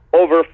over